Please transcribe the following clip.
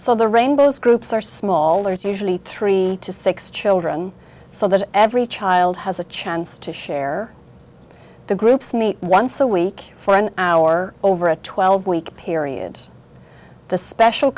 so the rainbow's groups are small there's usually three to six children so that every child has a chance to share the groups meet once a week for an hour over a twelve week period the special